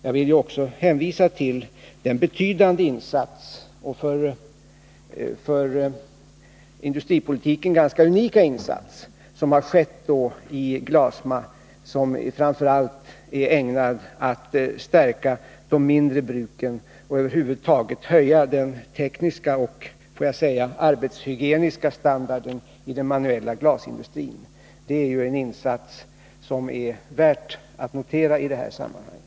Jag vill vidare hänvisa till den betydande och för industripolitiken ganska unika insatsen i Glasma, som framför allt är ägnad att stärka de mindre bruken och över huvud taget höja den tekniska och den arbetshygieniska standarden i den manuella glasindustrin — det är ju en insats som är värd att notera i det här sammanhanget.